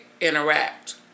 interact